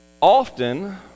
Often